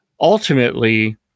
Ultimately